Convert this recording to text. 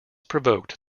provoked